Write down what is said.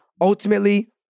ultimately